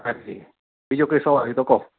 હા જી બીજો કોઈ સવાલ હોય તો કહો